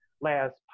last